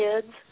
kids